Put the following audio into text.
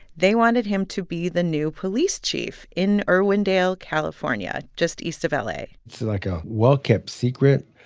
they wanted him to be the new police chief in irwindale, calif, ah and yeah just east of ah la it's like a well-kept secret.